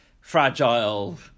fragile